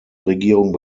regierung